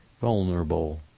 vulnerable